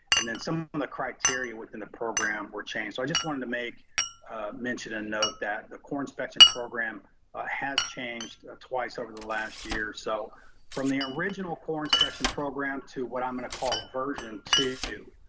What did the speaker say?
and then some of the criteria within the program were changed. so i just wanted to make mentioned a note that the core inspection program has changed twice over the last year. so from the original core inspection program to what i'm gonna call it, version two,